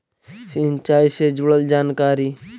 सिंचाई से जुड़ल जानकारी?